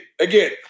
Again